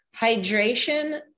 hydration